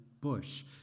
bush